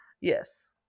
Yes